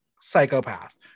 psychopath